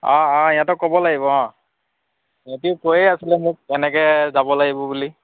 অঁ অঁ ইহঁতক ক'ব লাগিব অঁ ইহঁতিও কৈয়ে আছিলে মোক এনেকৈ যাব লাগিব বুলি